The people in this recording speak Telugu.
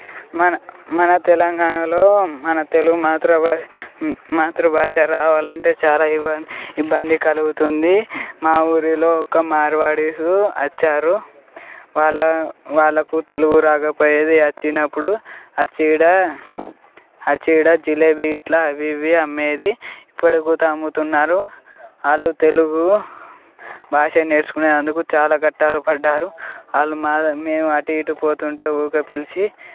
మన మన తెలంగాణలో మన తెలుగు మాతృభాష మాతృభాష రావాలంటే చాలా ఇబ్బంది ఇబ్బంది కలుగుతుంది మా ఊరిలో ఒక మార్వాడీలు వచ్చారు వాళ్ళ వాళ్ళకు తెలుగు రాకపోయేది వచ్చినప్పుడు వచ్చి ఇక్కడ జిలేబి ఇట్లా అవి ఇవి అమ్మేది పొడుగుట అమ్ముతున్నారు వాళ్ళు తెలుగు భాష నేర్చుకునేందుకు చాలా కష్టాలు పడ్డారు వాళ్ళు మేము అటు ఇటు పోతుంటే ఊరికే పిలిచి